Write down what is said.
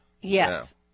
Yes